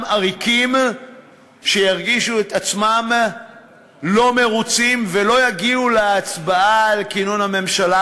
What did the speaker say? עריקים שירגישו את עצמם לא מרוצים ולא יגיעו להצבעה על כינון הממשלה,